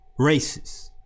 racist